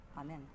Amen